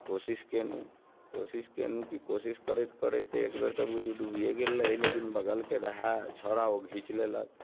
कोशिश केलहुँ कोशिश केलहुँ कि कोशिश करैत करैत तऽ एकबेर तऽ बुझू डूबिए गेल रही लेकिन बगलके रहए छौड़ा ओ घीच लेलक